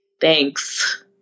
thanks